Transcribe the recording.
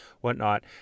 whatnot